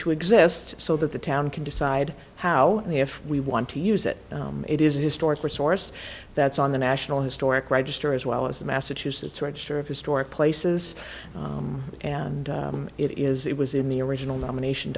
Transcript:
to exist so that the town can decide how the if we want to use it it is a historic resource that's on the national historic register as well as the massachusetts register of historic places and it is it was in the original nomination